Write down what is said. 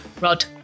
Rod